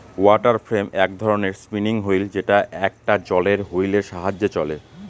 water frame এক ধরনের spinning wheel যেটা একটা জলের হুইলের সাহায্যে চলে